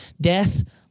death